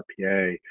RPA